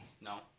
No